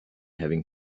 having